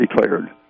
declared